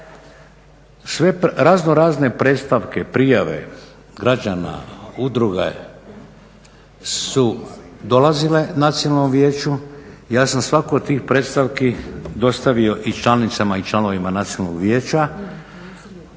Sve razno razne predstavke, prijave građana, udruge su dolazile Nacionalnom vijeću i ja sam svaku od tih predstavki dostavio i članicama i članovima Nacionalnog vijeća,